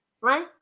Right